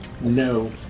No